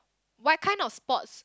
what kind of sports